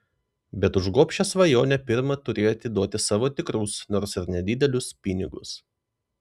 bet už gobšią svajonę pirma turi atiduoti savo tikrus nors ir nedidelius pinigus